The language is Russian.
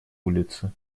улице